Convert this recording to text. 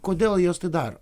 kodėl jos tai daro